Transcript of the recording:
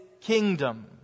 kingdom